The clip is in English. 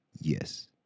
yes